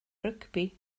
rygbi